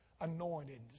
anointed